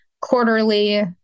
quarterly